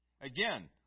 Again